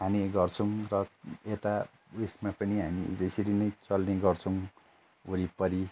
खाने गर्छौँ र यता उयसमा पनि हामी त्यसरी नै चल्ने गर्छौँ वरिपरि